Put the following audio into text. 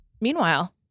Meanwhile